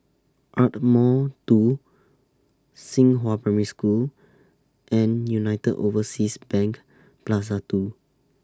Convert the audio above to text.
Ardmore two Xinghua Primary School and United Overseas Bank Plaza two